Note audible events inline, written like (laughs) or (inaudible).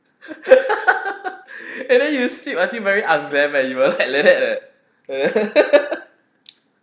(laughs) and then you sleep until very un-glam leh you were like that leh